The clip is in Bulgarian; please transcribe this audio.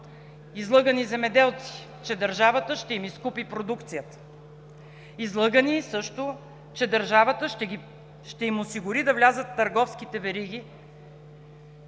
излъгани земеделци, че държавата ще им изкупи продукцията; излъгани също, че държавата ще им осигури да влязат в търговските вериги;